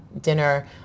dinner